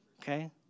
Okay